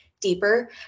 deeper